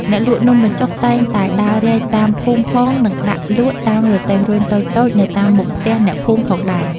អ្នកលក់នំបញ្ចុកតែងតែដើររែកតាមភូមិផងនិងដាក់លក់តាមរទេះរុញតូចៗនៅតាមមុខផ្ទះអ្នកភូមិផងដែរ។